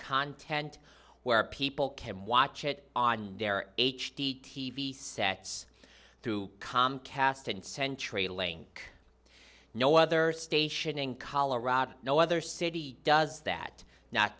content where people can watch it on their h d t v sets through comcast and century link no other station in colorado no other city does that not